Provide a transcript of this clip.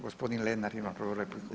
Gospodin Lenart ima prvu repliku.